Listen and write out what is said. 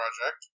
project